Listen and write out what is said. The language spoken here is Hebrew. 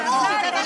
הכול.